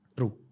True